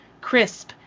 crisp